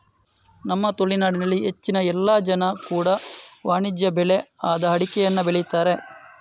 ನಮ್ಮ ತುಳುನಾಡಿನಲ್ಲಿ ಹೆಚ್ಚಿನ ಎಲ್ಲ ಜನ ಕೂಡಾ ವಾಣಿಜ್ಯ ಬೆಳೆ ಆದ ಅಡಿಕೆಯನ್ನ ಬೆಳೀತಾರೆ